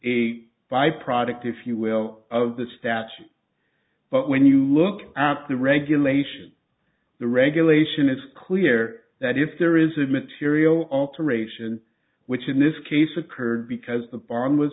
a byproduct if you will of the statute but when you look at the regulation the regulation it's clear that if there is a material alteration which in this case occurred because the farm was